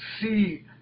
see